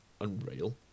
Unreal